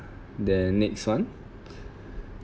then next one